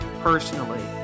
personally